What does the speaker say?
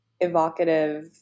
evocative